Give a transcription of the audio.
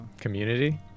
Community